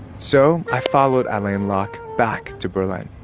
so i followed alain locke back to berlin